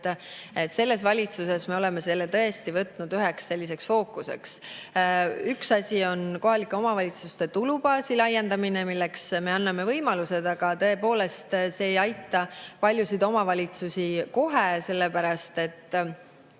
et selles valitsuses me oleme selle tõesti võtnud üheks fookuseks. Üks asi on kohalike omavalitsuste tulubaasi laiendamine, milleks me anname võimalused, aga tõepoolest, see ei aita paljusid omavalitsusi kohe, sest